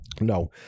No